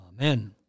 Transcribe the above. Amen